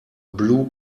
blue